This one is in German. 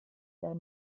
der